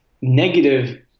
negative